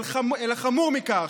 אלא חמור מכך: